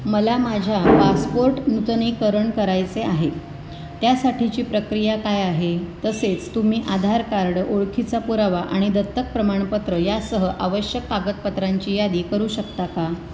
मला माझ्या पासपोर्ट नूतनीकरण करायचे आहे त्यासाठीची प्रक्रिया काय आहे तसेच तुम्ही आधार कार्ड ओळखीचा पुरावा आणि दत्तक प्रमाणपत्र यासह आवश्यक कागदपत्रांची यादी करू शकता का